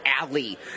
alley